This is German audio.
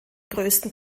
größten